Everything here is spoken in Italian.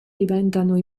diventano